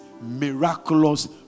miraculous